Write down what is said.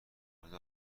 مورد